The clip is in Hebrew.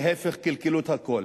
להיפך, קלקלו את הכול.